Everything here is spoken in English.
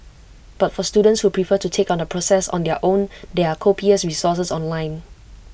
but for students who prefer to take on the process on their own there are copious resources online